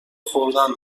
خوردن